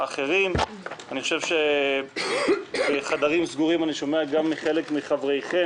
אני רוצה לקחת פחות כסף מהציבור אז במובן הזה האיום הוא לא